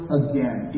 again